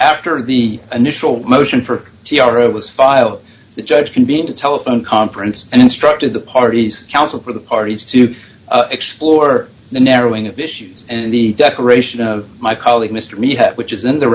after the initial motion for tiara was filed the judge can be at the telephone conference and instructed the parties counsel for the parties to explore the narrowing of issues and the decoration of my colleague mr me which is in the